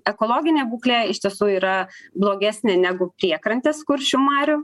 ekologinė būklė iš tiesų yra blogesnė negu priekrantės kuršių marių